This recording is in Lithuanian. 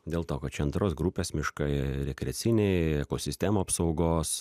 dėl to kad čia antros grupės miškai rekreaciniai ekosistemų apsaugos